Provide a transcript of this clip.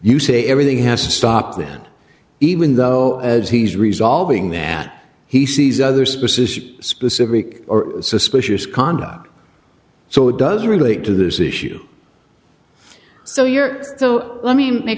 you say everything has to stop then even though as he's resolving that he sees other specific specific or suspicious conduct so it does relate to this issue so you're so let me make